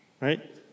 right